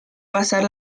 pasar